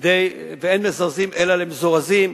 ואין מזרזים אלא למזורזים,